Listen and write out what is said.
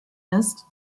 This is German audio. ist